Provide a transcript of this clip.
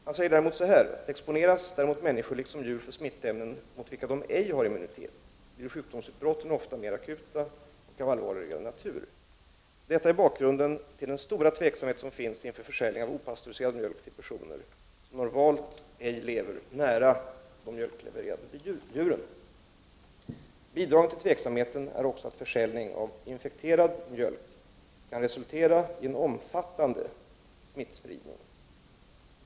Han säger följande: ”Exponeras däremot människor liksom djur för smittämnen mot vilka de ej har immunitet blir sjukdomsutbrotten ofta mera akuta och av allvarligare natur. -—-—- Detta är bakgrunden till den stora tveksamhet som finns inför försäljning av opastöriserad mjölk till personer som normalt ej lever nära de mjölklevererande djuren. Bidragande till tveksamheten är också att försäljning av infekterad mjölk kan resultera i en omfattande smittspridning.